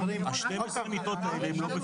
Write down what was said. השתיים עשרה מיטות האלה הן לא,